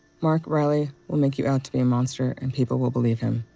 mark reilly will make you out to be a monster, and people will believe him.